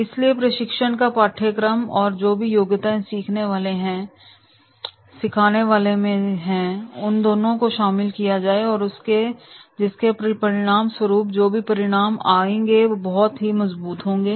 इसलिए प्रशिक्षण का पाठ्यक्रम और जो भी योग्यताएं सीखने वाले में हैं और सिखाने वाले में है उन दोनों को शामिल किया जाए जिसके परिणाम स्वरूप जो भी परिणाम आएंगे बहुत मज़बूत रहेंगे